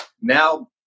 now